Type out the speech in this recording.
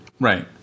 right